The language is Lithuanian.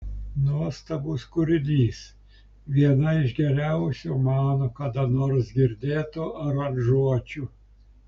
nuostabus kūrinys viena iš geriausių mano kada nors girdėtų aranžuočių